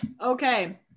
okay